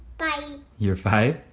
five. you're five?